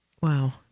Wow